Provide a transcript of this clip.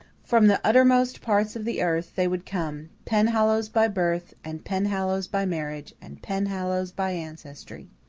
from the uttermost parts of the earth they would come penhallows by birth, and penhallows by marriage and penhallows by ancestry.